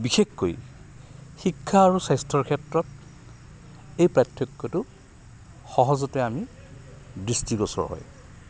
বিশেষকৈ শিক্ষা আৰু স্বাস্থ্যৰ ক্ষেত্ৰত এই পাৰ্থক্যটো সহজতে আমি দৃষ্টিগোচৰ হয়